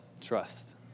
trust